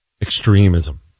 extremism